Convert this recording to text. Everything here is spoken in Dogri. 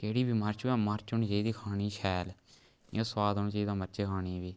केह्ड़ी बी मर्च होऐ मर्च होनी चाहिदी खाने ई शैल इ'यां सोआद औनी चाहिदा मर्च ऐ खाने बी